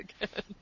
again